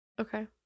Okay